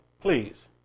please